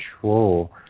control